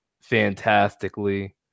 fantastically